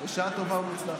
בשעה טובה ומוצלחת.